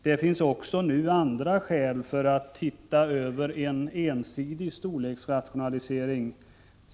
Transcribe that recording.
Det finns också andra skäl för att titta över en ensidig storleksrationalisering.